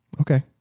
Okay